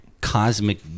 cosmic